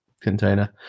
container